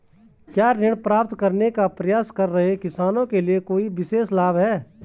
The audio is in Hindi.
क्या ऋण प्राप्त करने का प्रयास कर रहे किसानों के लिए कोई विशेष लाभ हैं?